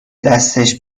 دستش